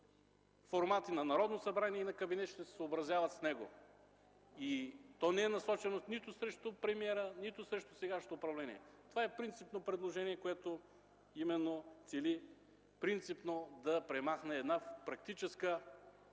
формати на Народното събрание и на кабинета ще се съобразяват с него. Той не е насочен нито срещу премиера, нито срещу сегашното управление. Това е принципно предложение, което цели да премахне принципно